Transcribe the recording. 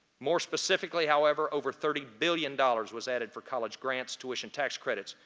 more specifically however, over thirty billion dollars was added for college grants tuition tax credits,